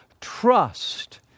trust